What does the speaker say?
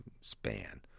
span